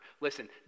Listen